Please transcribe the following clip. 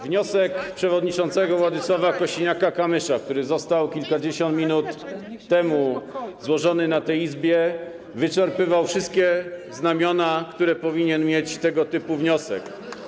Wniosek przewodniczącego Władysława Kosiniaka-Kamysza, który został kilkadziesiąt minut temu złożony na tej Izbie, wyczerpywał wszystkie znamiona, które powinien mieć tego typu wniosek.